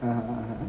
(uh huh)